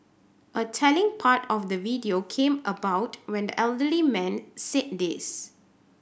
a telling part of the video came about when the elderly man said this